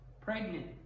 pregnant